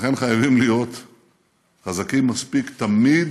לכן, חייבים להיות חזקים מספיק תמיד,